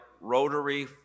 rotary